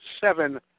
seven